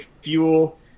fuel